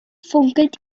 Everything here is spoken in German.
funkelt